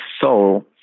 soul